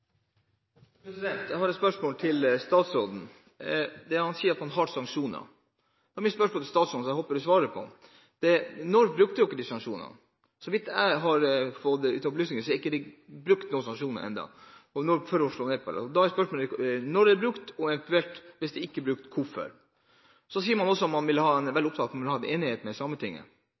at man har sanksjoner. Da er mitt spørsmål til statsråden, som jeg håper han svarer på: Når brukte dere de sanksjonene? Så vidt jeg vet fra opplysninger jeg har fått, er det ikke brukt noen sanksjoner ennå for å slå ned på det. Da er spørsmålet: Når er det brukt – og hvis det eventuelt ikke er brukt, hvorfor ikke? Så sier man også man er veldig opptatt av at man vil ha en enighet med Sametinget. Men nå har jo Sametinget hele tiden hevdet at de ikke vil gå inn i dette med